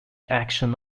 action